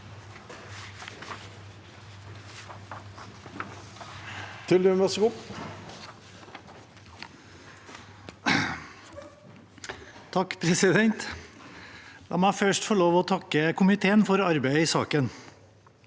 La meg først få takke komiteen for arbeidet i saken.